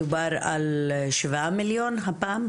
מדובר על שבעה מיליון הפעם?